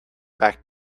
back